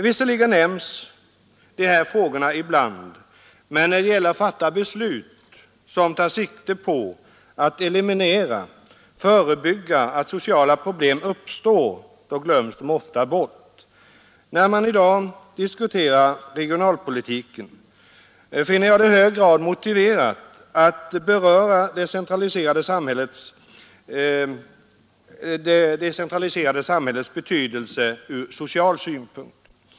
Visserligen nämns de här frågorna ibland, men när det gäller att fatta beslut som tar sikte på att förebygga uppkomsten av sociala problem glöms de ofta bort. När vi i dag diskuterar regionalpolitiken finner jag det i hög grad motiverat att beröra det decentraliserade samhällets betydelse ur social synpunkt.